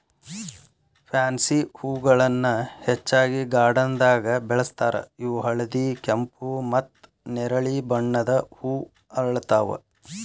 pansy ಹೂಗಳನ್ನ ಹೆಚ್ಚಾಗಿ ಗಾರ್ಡನ್ದಾಗ ಬೆಳೆಸ್ತಾರ ಇವು ಹಳದಿ, ಕೆಂಪು, ಮತ್ತ್ ನೆರಳಿ ಬಣ್ಣದ ಹೂ ಅರಳ್ತಾವ